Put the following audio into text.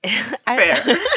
Fair